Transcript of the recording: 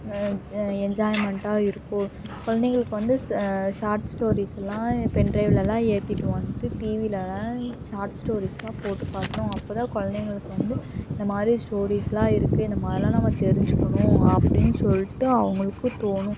என்ஜாய்மெண்ட்டாக இருக்கும் குழந்தைங்களுக்கு வந்து ஷார்ட்ஸ்டோரிஸ்லாம் பென்டிரைவ்லலாம் ஏற்றிட்டு வந்துட்டு டிவிலலாம் ஷார்ட் ஸ்டோரிஸ்லாம் போட்டு காட்டணும் அப்போதான் குழந்தைங்களுக்கு வந்து இந்த மாதிரி ஸ்டோரிஸ்லாம் இருக்குது இந்த மாதிரிலான் நம்ம தெரிஞ்சுக்கணும் அப்படின்னு சொல்லிட்டு அவங்களுக்கும் தோணும்